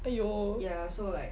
!aiyo!